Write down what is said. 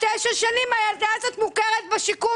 תשע שנים הילדה הזאת מוכרת בשיקום.